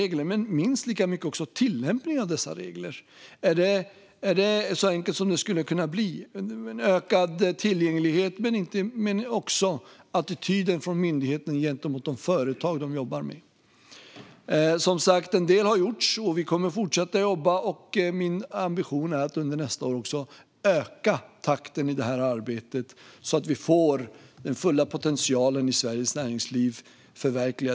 Men det kommer att handla minst lika mycket om tillämpningen av dessa regler. Är det så enkelt som det skulle kunna vara? Det handlar om ökad tillgänglighet men också om attityden från myndigheterna gentemot de företag de jobbar med. En del har som sagt gjorts, och vi kommer att fortsätta jobba. Min ambition är att under nästa år öka takten i arbetet så att vi förverkligar den fulla potentialen i Sveriges näringsliv.